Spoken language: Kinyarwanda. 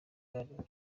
umukinnyi